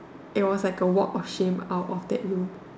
it was like a walk of shame out of that room